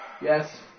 Yes